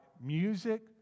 music